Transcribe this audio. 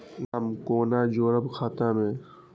नाम कोना जोरब खाता मे